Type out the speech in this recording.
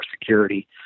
security